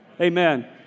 Amen